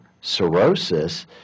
cirrhosis